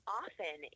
often